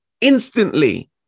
instantly